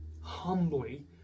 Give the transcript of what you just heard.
humbly